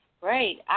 Great